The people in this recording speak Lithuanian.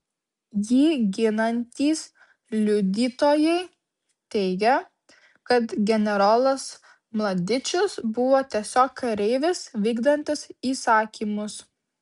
jį ginantys liudytojai teigia kad generolas mladičius buvo tiesiog kareivis vykdantis įsakymus